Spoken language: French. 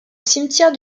cimetière